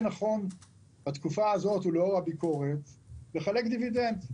נכון בתקופה הזאת ולאור הביקורת לחלק דיבידנד.